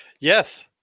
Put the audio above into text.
Yes